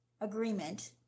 agreement